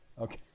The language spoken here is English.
Okay